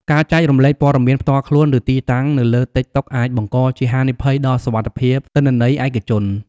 ការចែករំលែកព័ត៌មានផ្ទាល់ខ្លួន ឬទីតាំងនៅលើតិកតុកអាចបង្កជាហានិភ័យដល់សុវត្ថិភាពទិន្នន័យឯកជន។